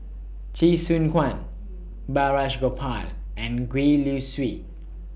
Chee Soon Guan Balraj Gopal and Gwee Li Sui